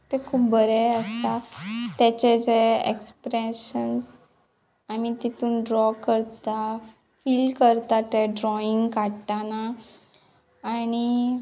तें खूब बरें आसता तेचे जे एक्सप्रेशन्स आमी तितून ड्रॉ करता फील करता तें ड्रॉईंग काडटना आणी